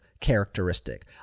characteristic